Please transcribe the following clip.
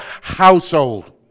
household